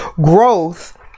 growth